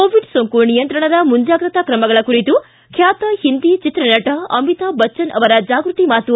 Covid ಸೋಂಕು ನಿಯಂತ್ರಣದ ಮುಂಜಾಗ್ರತಾ ಕ್ರಮಗಳ ಕುರಿತು ಖ್ಯಾತ ಹಿಂದಿ ಚಿತ್ರನಟ ಅಮಿತಾಬ್ ಬಚ್ಚನ್ ಅವರ ಜಾಗೃತಿ ಮಾತು